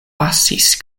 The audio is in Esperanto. pasis